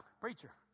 preacher